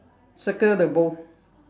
circle the bowl